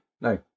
No